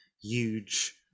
huge